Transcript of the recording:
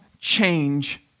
change